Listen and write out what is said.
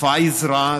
פאיז רעד,